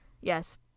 yes